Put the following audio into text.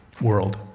world